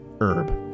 herb